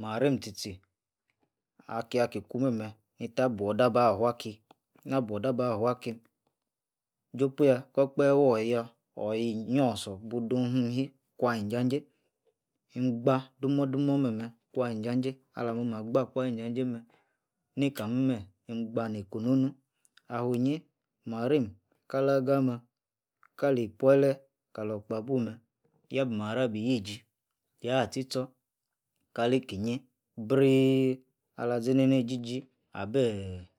marim tchi-tchi, akia-ki kumeh-meb nita buor. dor abah flaki, na louor dor aba fua ki, jopuyah kor-okpahe wor-yor oyah anyi-osor-sor budu- hiyi kulan injajei, ingba- dumor-durior meh-mef kua-injäjei alamo-grah gba kwa ayi injajei meb nika meh-mehi gba-neiko'h noh, nuh, afiringi marino, Kala agama, kali ipuole, kalor okpabu meh, yabi marror abs yi-ji, yah tchi-tchor kali ikinyi briii, alazini-ni ijiji abeeh